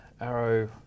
Arrow